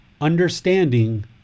understanding